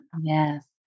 Yes